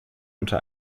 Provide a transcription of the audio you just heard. unter